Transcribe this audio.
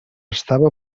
estava